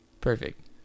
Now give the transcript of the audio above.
Perfect